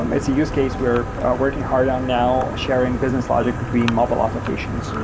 um it's a use case we're working hard on now sharing business logic between mobile applications,